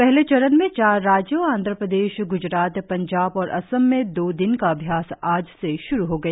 पहले चरण में चार राज्यों आंध्र प्रदेश ग्जरात पंजाब और असम में दो दिन का अभयास आज से शुरू हो गया